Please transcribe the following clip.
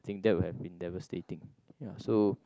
think that would have been devastating ya so